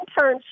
internship